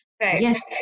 yes